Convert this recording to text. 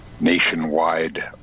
nationwide